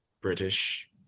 British